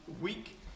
week